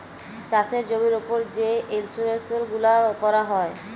চাষের জমির উপর যে ইলসুরেলস গুলা ক্যরা যায়